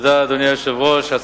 אדוני היושב-ראש, תודה.